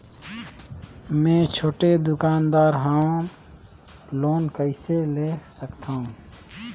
मे छोटे दुकानदार हवं लोन कइसे ले सकथव?